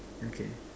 okay